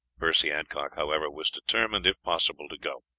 percy adcock, however, was determined, if possible, to go.